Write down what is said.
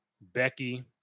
Becky